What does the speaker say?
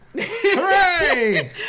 Hooray